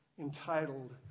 entitled